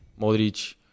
Modric